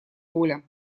воля